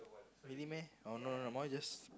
really meh oh no no no mine just